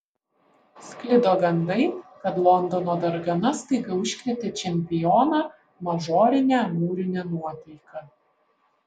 sklido gandai kad londono dargana staiga užkrėtė čempioną mažorine amūrine nuotaika